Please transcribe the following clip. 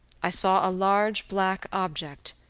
i saw a large black object,